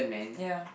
ya